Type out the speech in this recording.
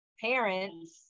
parents